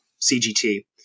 CGT